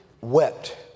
Wept